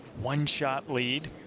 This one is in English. one shot lead.